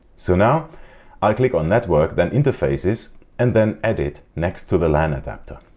so now i click on network then interfaces and then edit next to the lan adapter.